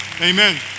Amen